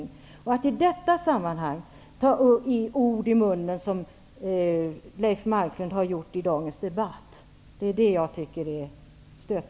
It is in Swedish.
Jag tycker att det är stötande att i detta sammanhang ta de ord i munnen som Leif Marklund har gjort i dagens debatt.